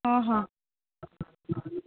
हा हा बट